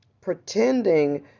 pretending